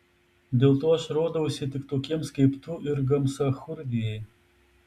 dėl to aš rodausi tik tokiems kaip tu ir gamsachurdijai